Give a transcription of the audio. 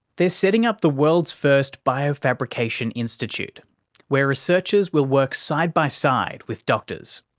they're setting up the world's first biofabrifation institute where researchers will work side-by-side with doctors.